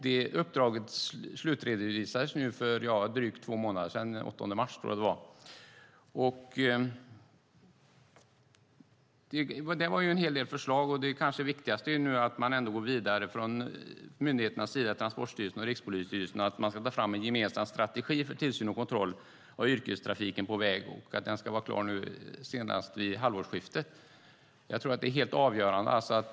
Det uppdraget slutredovisades för drygt två månader sedan - den 8 mars tror jag att det var. Det var en hel del förslag. Det kanske viktigaste nu är att man ändå går vidare från myndigheternas sida, Transportstyrelsen och Rikspolisstyrelsen. Man ska ta fram en gemensam strategi för tillsyn och kontroll av yrkestrafiken på väg, och den ska vara klar senast vid halvårsskiftet. Jag tror att det är helt avgörande.